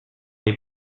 les